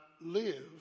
live